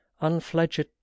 unfledged